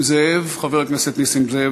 חבר הכנסת נסים זאב,